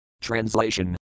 Translation